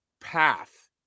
path